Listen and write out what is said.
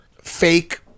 Fake